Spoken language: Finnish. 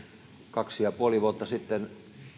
kaksi ja puoli vuotta sitten